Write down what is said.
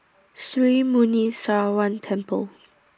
Sri Muneeswaran Temple